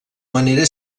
manera